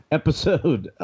episode